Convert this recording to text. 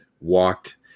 walked